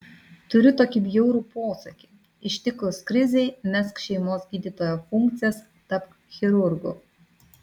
turiu tokį bjaurų posakį ištikus krizei mesk šeimos gydytojo funkcijas tapk chirurgu